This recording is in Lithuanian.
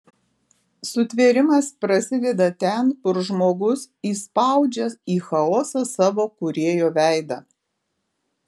sutvėrimas prasideda ten kur žmogus įspaudžia į chaosą savo kūrėjo veidą